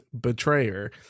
betrayer